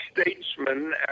statesman